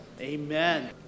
Amen